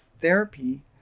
therapy